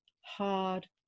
hard